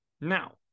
now